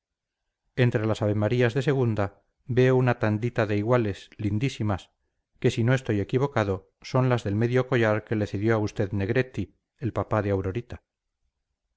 entre las avemarías de segunda veo una tandita de iguales lindísimas que si no estoy equivocado son las del medio collar que le cedió a usted negretti el papá de aurorita